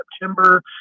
September